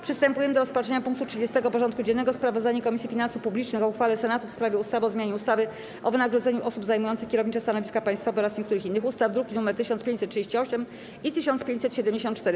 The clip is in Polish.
Przystępujemy do rozpatrzenia punktu 30. porządku dziennego: Sprawozdanie Komisji Finansów Publicznych o uchwale Senatu w sprawie ustawy o zmianie ustawy o wynagrodzeniu osób zajmujących kierownicze stanowiska państwowe oraz niektórych innych ustaw (druki nr 1538 i 1574)